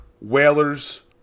Whalers